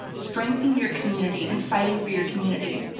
strengthening your community and fighting for your community.